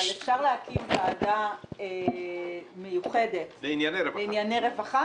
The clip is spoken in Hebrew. אבל אפשר להקים ועדה מיוחדת לענייני רווחה?